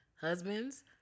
husbands